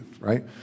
right